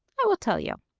i will tell you.